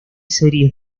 series